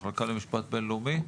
המחלקה למשפט בין-לאומי.